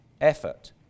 effort